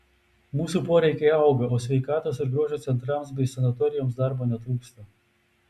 mūsų poreikiai auga o sveikatos ir grožio centrams bei sanatorijoms darbo netrūksta